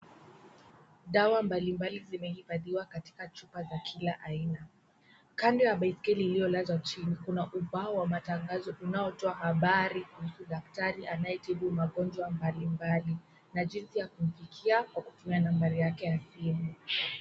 Dawa mbalimbali zimehifadhiwa katika chupa za kila aina, kando ya baisikeli iliyolazwa chini kuna ubao wa matangazo unaotoa habari kuhusu daktari anayetibu magonjwa mbalimbali na jinsi ya kumfikia kwa kutumia nambari yake ya simu.